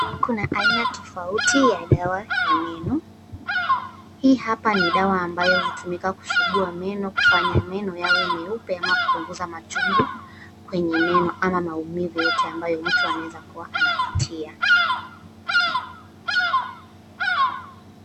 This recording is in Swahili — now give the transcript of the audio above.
Kuna aina tofauti ya dawa ya meno. Hii hapa ni dawa ambayo hutumika kusugua meno kufanya meno yawe meupe au kupunguza machungu kwenye meno ama maumivu yote yenye mtu anaweza kuwa anapitia.